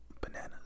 Bananas